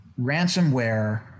ransomware